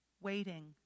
waiting